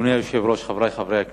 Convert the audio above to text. אדוני היושב-ראש, חברי חברי הכנסת,